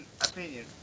opinion